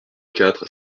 quatre